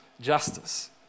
justice